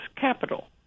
capital